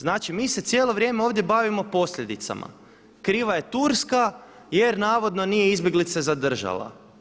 Znači mi se cijelo vrijeme ovdje bavimo posljedicama, kriva je Turska jer navodno nije izbjeglice zadržala.